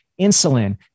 insulin